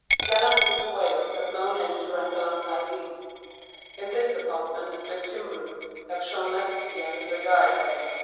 gallant little wales has no name to rank alongside these in this department the cymru have shown less vigour than the gaedhel.